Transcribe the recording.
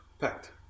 packed